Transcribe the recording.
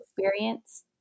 experience